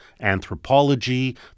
anthropology